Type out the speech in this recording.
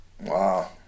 Wow